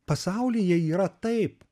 pasaulyje yra taip